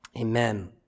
Amen